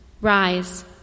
Rise